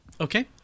Okay